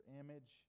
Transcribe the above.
image